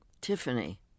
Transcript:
Tiffany